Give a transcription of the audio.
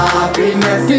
Happiness